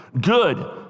Good